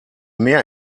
mehr